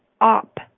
up